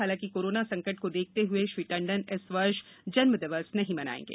हालांकि कोरोना संकट को देखते हुए श्री टंडन इस वर्ष जन्मदिवस नहीं मनायेंगे